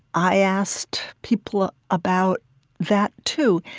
i asked people about that, too,